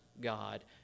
God